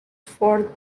for